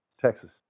Texas